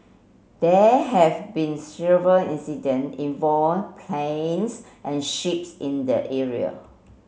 there have been several incident involve planes and ships in the area